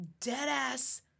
Dead-ass